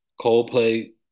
coldplay